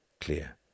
clear